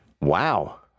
Wow